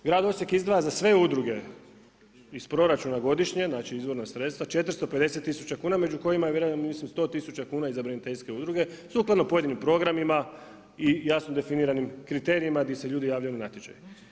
Grad Osijek izdvaja za sve udruge iz proračuna godišnje, znači izvorna sredstva 450000 kuna među kojima je vjerujem mislim 100 tisuća kuna i za braniteljske udruge sukladno pojedinim programima i jasno definiranim kriterijima gdje se ljudi javljaju na natječaj.